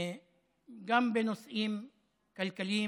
גם בנושאים כלכליים,